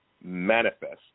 manifest